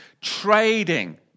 Trading